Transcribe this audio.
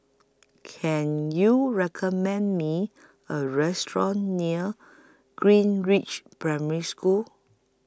Can YOU recommend Me A Restaurant near Greenridge Primary School